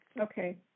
Okay